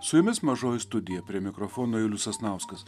su jumis mažoji studija prie mikrofono julius sasnauskas